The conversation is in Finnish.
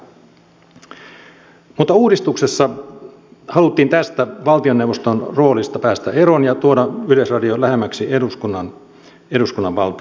mutta uudistuksessa haluttiin tästä valtioneuvoston roolista päästä eroon ja tuoda yleisradio lähemmäksi eduskunnan valtaa